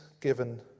given